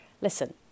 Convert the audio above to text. Listen